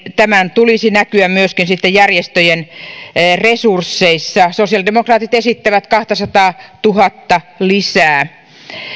tämän tulisi näkyä myöskin sitten järjestöjen resursseissa sosiaalidemokraatit esittävät kahtasataatuhatta lisää